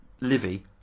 Livy